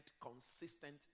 consistent